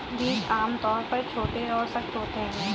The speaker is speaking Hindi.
बीज आमतौर पर छोटे और सख्त होते हैं